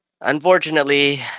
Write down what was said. unfortunately